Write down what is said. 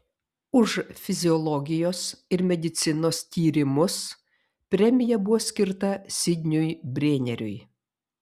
už fiziologijos ir medicinos tyrimus premija buvo skirta sidniui brėneriui